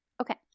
okay